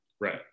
Right